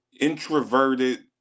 introverted